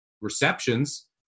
receptions